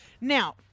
Now